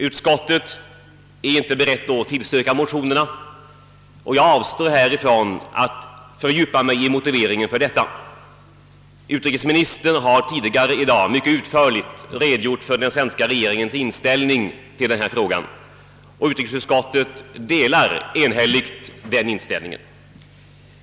Utskottet är inte berett att tillstyrka motionerna, och jag avstår från att fördjupa mig i motiveringen härför. Utrikesministern har tidigare i dag mycket utförligt redogjort för den svenska regeringens inställning till denna fråga, och utrikesutskottet delar enhälligt regeringens uppfattning.